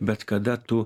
bet kada tu